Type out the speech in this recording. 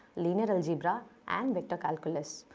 linear algebra and vector calculus.